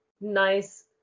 nice